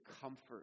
comfort